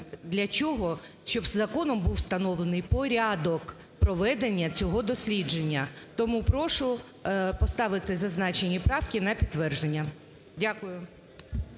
для чого. Щоб законом був встановлений порядок проведення цього дослідження. Тому прошу поставити зазначені правки на підтвердження. Дякую.